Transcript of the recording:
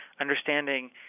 understanding